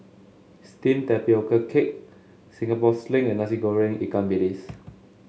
steamed Tapioca Cake Singapore Sling and Nasi Goreng Ikan Bilis